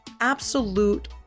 absolute